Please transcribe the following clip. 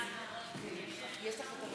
התשע"ו 2016,